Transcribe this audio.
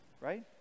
right